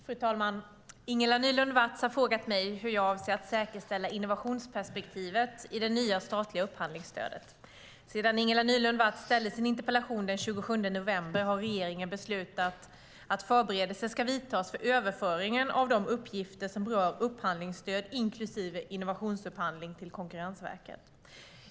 Fru talman! Ingela Nylund Watz har frågat mig hur jag avser att säkerställa innovationsperspektivet i det nya statliga upphandlingsstödet. Sedan Ingela Nylund Watz ställde sin interpellation den 27 november har regeringen beslutat att förberedelser ska vidtas för överföringen av de uppgifter som rör upphandlingsstöd inklusive innovationsupphandling till Konkurrensverket.